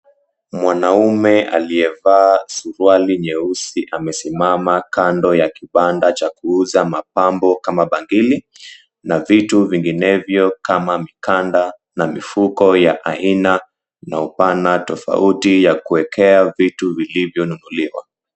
Mwanaume aliyevaa suruali nyeusi amesimama kando ya kibanda kuuza mapambo kama bangili na vitu vinginevyo kama mikanda na mifuko ya aina na upana tofauti ya kuekea vitu vilivyonunuliwa.